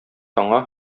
яңа